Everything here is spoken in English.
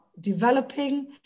developing